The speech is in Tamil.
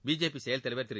பி ஜே பி செயல் தலைவர் திரு